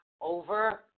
over